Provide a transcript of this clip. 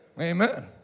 Amen